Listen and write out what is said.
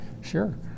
Sure